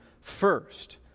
first